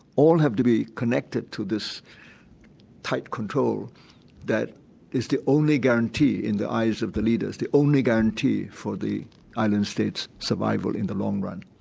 all have to be connected to this tight control that is the only guarantee in the eyes of the leaders, the only guarantee for the island state's survival in the long run.